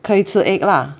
可以吃 egg lah